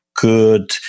good